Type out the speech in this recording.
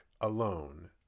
alone